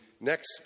next